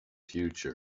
future